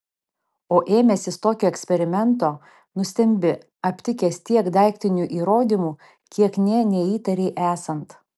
o ėmęsis tokio eksperimento nustembi aptikęs tiek daiktinių įrodymų kiek nė neįtarei esant